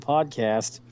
Podcast